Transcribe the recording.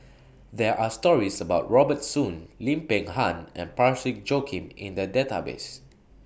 There Are stories about Robert Soon Lim Peng Han and Parsick Joaquim in The Database